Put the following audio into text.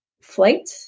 flight